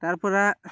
তাৰপৰা